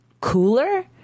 cooler